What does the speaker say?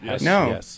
No